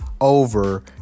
over